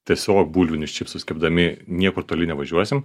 tiesiog bulvinius čipsus kepdami niekur toli nevažiuosim